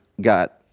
got